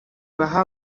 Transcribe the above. baha